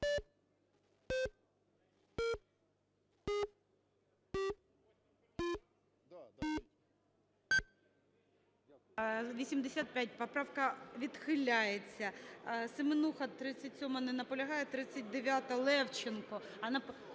За-85 Поправка відхиляється. Семенуха, 37-а. Не наполягає. 39-а, Левченко.